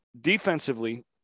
Defensively